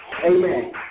Amen